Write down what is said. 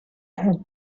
had